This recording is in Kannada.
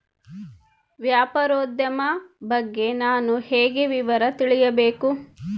ವ್ಯಾಪಾರೋದ್ಯಮ ಬಗ್ಗೆ ನಾನು ಹೇಗೆ ವಿವರ ತಿಳಿಯಬೇಕು?